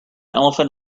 elephant